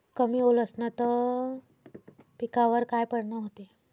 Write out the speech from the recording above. कमी ओल असनं त पिकावर काय परिनाम होते?